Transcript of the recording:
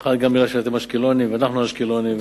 במיוחד גם כי אתם אשקלונים ואנחנו אשקלונים,